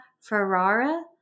Ferrara